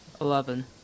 Eleven